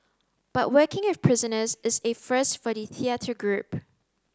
but working with prisoners is a first for the theatre group